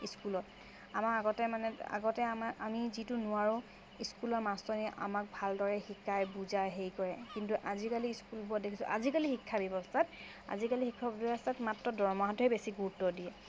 স্কুলত আমাৰ আগতে মানে আগতে আমাৰ আমি যিটো নোৱাৰো স্কুলৰ মাষ্টৰণীয়ে আমাক ভালদৰে শিকাই বুজাই সেই কৰে কিন্তু আজিকালি স্কুলবোৰত দেখিছোঁ আজিকালি শিক্ষা ব্যৱস্থাত আজিকালি শিক্ষা ব্যৱস্থাত মাত্ৰ দৰমহাটোৱেই বেছি গুৰুত্ব দিয়ে